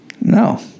No